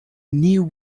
new